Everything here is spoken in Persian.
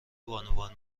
بانوان